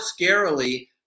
scarily